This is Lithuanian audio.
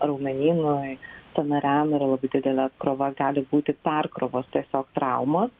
raumenynui sąnariam yra labai didelė apkrova gali būti perkrovos tiesiog traumos